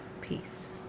peace